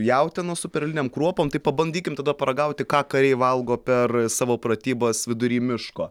jautienos su perlinėm kruopom tai pabandykim tada paragauti ką kariai valgo per savo pratybas vidury miško